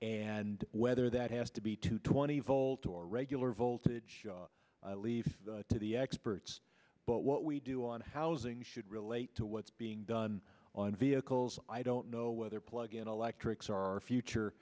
and whether that has to be to twenty volt or regular voltage leave to the experts but what we do on housing should relate to what's being done on vehicles i don't know whether plug in electric car future